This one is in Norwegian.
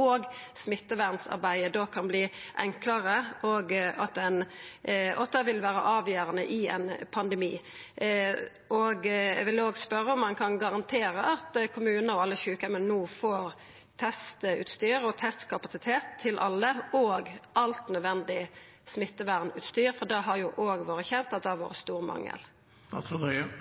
òg smittevernarbeidet da kan bli enklare, og at det vil vera avgjerande i ein pandemi. Eg vil også spørja om han kan garantera at kommunar og alle sjukeheimar no får testutstyr og testkapasitet til alle, og alt av nødvendig smittevernutstyr? Det har vore kjent at det har vore